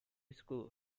school